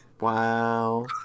Wow